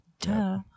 Duh